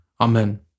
Amen